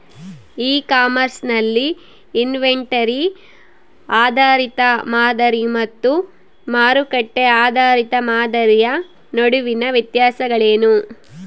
E commerce ನಲ್ಲಿ inventory ಆಧಾರಿತ ಮಾದರಿ ಮತ್ತು ಮಾರುಕಟ್ಟೆ ಆಧಾರಿತ ಮಾದರಿಯ ನಡುವಿನ ವ್ಯತ್ಯಾಸಗಳೇನು?